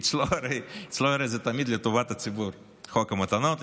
אצלו הרי זה תמיד לטובת הציבור: חוק המתנות,